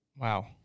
Wow